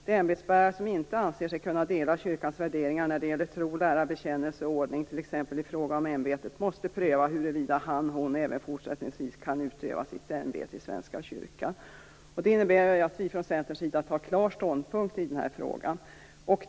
De ämbetsbärare som inte anser sig kunna dela kyrkans värderingar när det gäller tro, lära, bekännelse och ordning, t.ex. i fråga om ämbetet, måste pröva huruvida han eller hon även fortsättningsvis kan utöva sitt ämbete i Svenska kyrkan. Det innebär att vi från Centerns sida tar klar ståndpunkt i den här frågan.